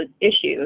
issues